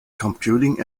computing